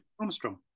Armstrong